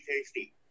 tasty